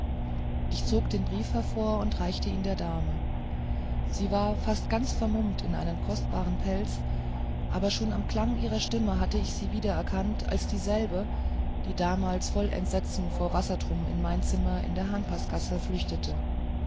ich zog den brief hervor und reichte ihn der dame sie war fast ganz vermummt in einen kostbaren pelz aber schon am klang ihrer stimme hatte ich sie wiedererkannt als dieselbe die damals voll entsetzen vor wassertrum in mein zimmer in der hahnpaßgasse flüchtete